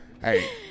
Hey